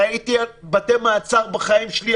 ראיתי הרבה בתי מעצר בחיים שלי,